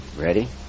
Ready